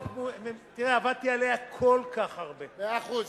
תראה, עבדתי עליה כל כך הרבה, מאה אחוז.